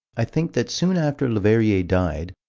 i think that soon after leverrier died,